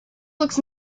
looks